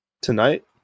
Tonight